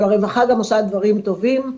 אבל הרווחה גם עושה דברים טובים,